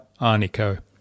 Arnico